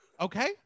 Okay